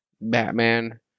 Batman